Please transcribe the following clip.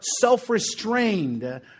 self-restrained